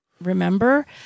remember